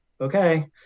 Okay